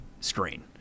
screen